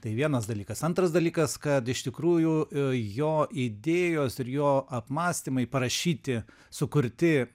tai vienas dalykas antras dalykas kad iš tikrųjų jo idėjos ir jo apmąstymai parašyti sukurti